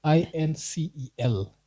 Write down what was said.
I-N-C-E-L